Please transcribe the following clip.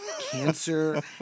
cancer